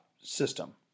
system